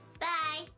bye